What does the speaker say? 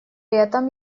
этом